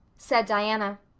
said diana.